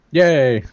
yay